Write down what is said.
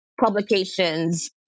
publications